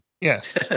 Yes